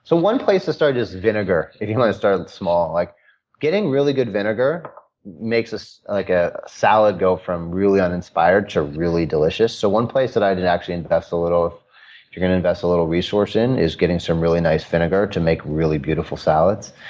so one place to start is vinegar, if you want to start small. like getting really good vinegar makes like a salad go from really uninspired to really delicious. so, one place that i'd actually invest a little, if you're going to invest a little resource in, is getting some really nice vinegar to make really beautiful salads.